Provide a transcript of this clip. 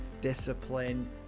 discipline